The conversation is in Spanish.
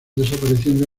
desapareciendo